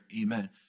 Amen